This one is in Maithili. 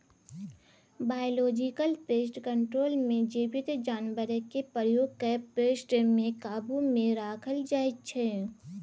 बायोलॉजिकल पेस्ट कंट्रोल मे जीबित जानबरकेँ प्रयोग कए पेस्ट केँ काबु मे राखल जाइ छै